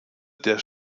der